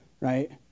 right